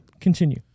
continue